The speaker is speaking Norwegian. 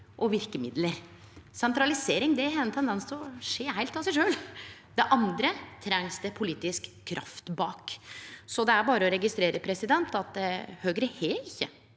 og verkemiddel. Sentralisering har ein tendens til å skje heilt av seg sjølv. Det andre trengst det politisk kraft bak. Det er berre å registrere at Høgre ikkje